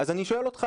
אז אני שואל אותך,